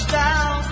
down